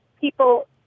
people